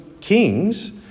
kings